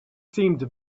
seemed